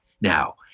now